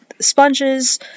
sponges